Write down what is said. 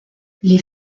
les